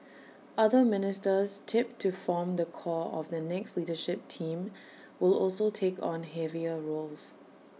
other ministers tipped to form the core of the next leadership team will also take on heavier roles